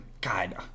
God